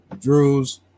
Drews